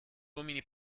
uomini